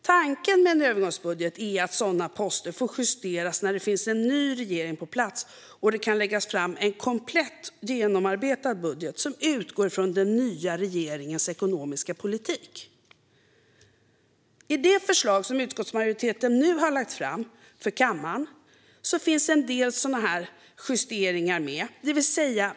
Tanken med en övergångsbudget är att sådana poster får justeras när det finns en ny regering på plats och det kan läggas fram en komplett, genomarbetad budget som utgår från den nya regeringens ekonomiska politik. I det förslag som utskottsmajoriteten nu har lagt fram för kammaren finns en del sådana här justeringar med.